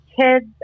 kids